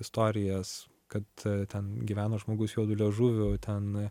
istorijas kad ten gyveno žmogus juodu liežuviu ten